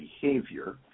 behavior